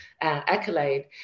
accolade